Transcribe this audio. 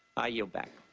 i yield back.